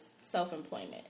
self-employment